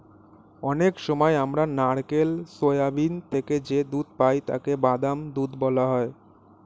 অনেক সময় আমরা নারকেল, সোয়াবিন থেকে যে দুধ পাই তাকে বাদাম দুধ বলা হয়